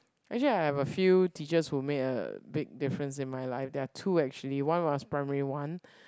actually I have a few teachers who made a big difference in my life there are two actually one was primary one